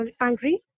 angry